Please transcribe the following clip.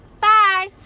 Bye